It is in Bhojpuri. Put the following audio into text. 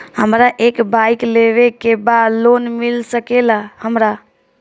हमरा एक बाइक लेवे के बा लोन मिल सकेला हमरा?